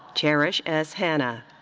cherish s. hannah.